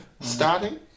starting